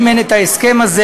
אם אין הסכם כזה,